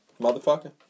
motherfucker